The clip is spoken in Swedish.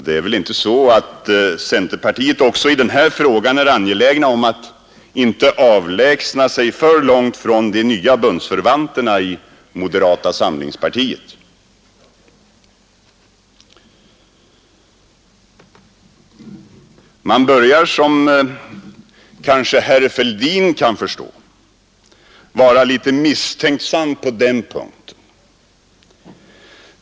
Det är väl inte heller så att centerpartiet också i denna fråga är angeläget om att inte avlägsna sig alltför långt från de nya bundsförvanterna i moderata samlingspartiet? Man börjar, som kanske herr Fälldin kan förstå, vara litet misstänksam på den punkten.